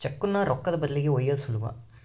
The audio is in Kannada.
ಚೆಕ್ಕುನ್ನ ರೊಕ್ಕದ ಬದಲಿಗಿ ಒಯ್ಯೋದು ಸುಲಭ